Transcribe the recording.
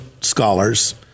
scholars